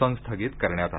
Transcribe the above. संस्थगित करण्यात आल